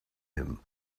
him